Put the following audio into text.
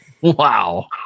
Wow